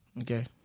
okay